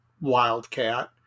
wildcat